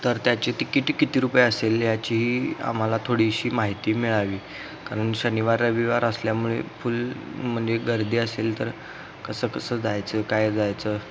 तर त्याची तिकिट किती रुपये असेल याचीही आम्हाला थोडीशी माहिती मिळावी कारण शनिवार रविवार असल्यामुळे फुल म्हणजे गर्दी असेल तर कसं कसं जायचं काय जायचं